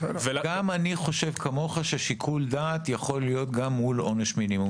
גם אני חושב כמוך ששיקול דעת יכול להיות גם מול עונש מינימום.